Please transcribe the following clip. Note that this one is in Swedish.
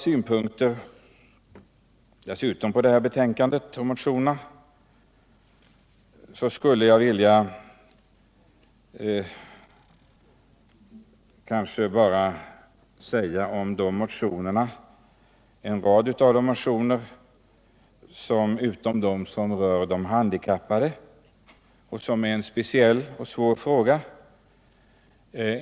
Herr talman! I betänkandet behandlas några motioner som rör de handikappade och därmed behandlar en speciell och svår fråga.